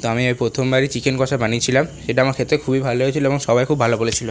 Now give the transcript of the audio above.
তো আমি এই প্রথমবারই চিকেন কষা বানিয়েছিলাম সেটা আমার খেতে খুবই ভালো হয়েছিল এবং সবাই খুব ভালো বলেছিল